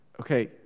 Okay